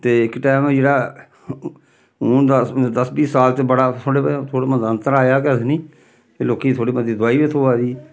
ते इक टैम जेह्ड़ा हून दस दस बीह् साल च बड़ा थोह्ड़ थोह्ड़ा मता अंतर आया गै अस न ते लोकें गी थोह्ड़ी मती दवाई बी थ्होआ दी